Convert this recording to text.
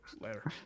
Later